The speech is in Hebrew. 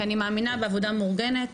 כי אני מאמינה בעבודה מאורגנת.